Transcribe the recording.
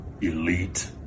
elite